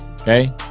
Okay